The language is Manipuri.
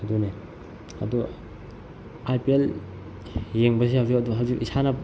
ꯑꯗꯨꯅꯤ ꯑꯗꯨ ꯑꯥꯏ ꯄꯤ ꯑꯦꯜ ꯌꯦꯡꯕꯁꯤ ꯍꯧꯖꯤꯛ ꯍꯧꯖꯤꯛ ꯏꯁꯥꯅ